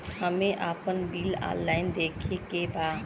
हमे आपन bill online देखे के बा?